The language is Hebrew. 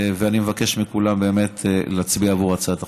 אני מבקש מכולם באמת להצביע עבור הצעת החוק.